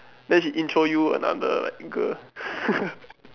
then she intro you another girl